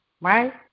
right